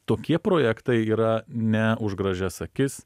tokie projektai yra ne už gražias akis